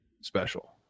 special